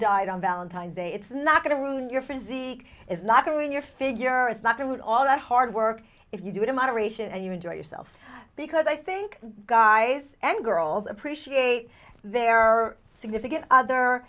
diet on valentine's day it's not going to ruin your physique is not doing your figure is not true at all and hard work if you do it in moderation and you enjoy yourself because i think guys and girls appreciate their significant other